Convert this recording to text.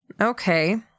Okay